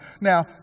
Now